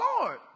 Lord